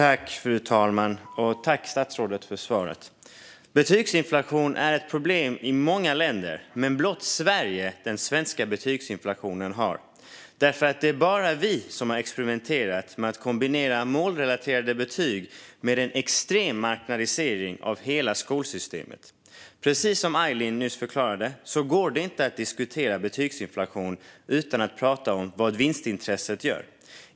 Fru talman! Tack, statsrådet, för svaret! Betygsinflation är ett problem i många länder, men blott Sverige den svenska betygsinflationen har. Det är bara vi som har experimenterat med att kombinera målrelaterade betyg med en extrem marknadisering av hela skolsystemet. Precis som Aylin nyss förklarade går det inte att diskutera betygsinflation utan att prata om vad vinstintresset gör.